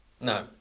No